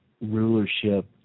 rulership